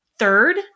Third